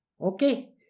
okay